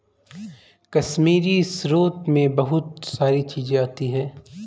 कश्मीरी स्रोत मैं बहुत सारी चीजें आती है